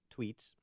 tweets